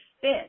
fit